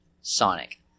Sonic